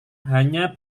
hanya